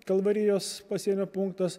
kalvarijos pasienio punktas